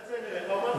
מצלצל אליך ואומר לך,